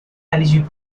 eligible